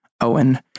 Owen